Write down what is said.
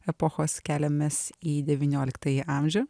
epochos keliamės į devynioliktąjį amžių